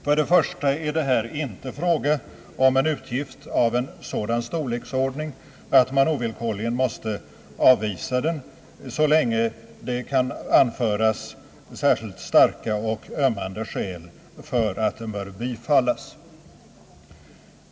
För det första är det icke fråga om en utgift av en sådan storleksordning att man ovillkorligen måste avvisa den, så länge det kan anföras särskilt starka och ömmande skäl för att den bör bifallas.